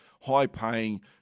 high-paying